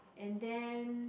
and then